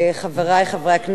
חברי חברי הכנסת,